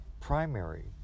primary